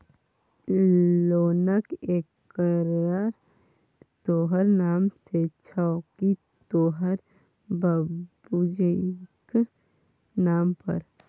लोनक एकरार तोहर नाम सँ छौ की तोहर बाबुजीक नाम पर